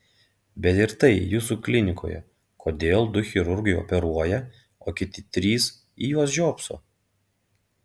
bet ir tai jūsų klinikoje kodėl du chirurgai operuoja o kiti trys į juos žiopso